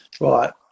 right